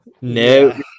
no